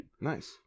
Nice